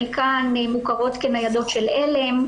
חלקן מוכרות כניידות של "עלם",